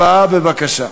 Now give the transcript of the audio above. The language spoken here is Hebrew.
בקריאה